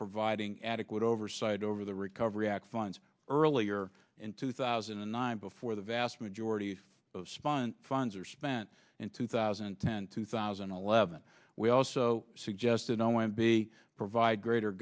providing adequate oversight over the recovery act funds earlier in two thousand and nine before the vast majority of sponge funds are spent in two thousand and ten two thousand and eleven we also suggested i want to be provide greater